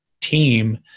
team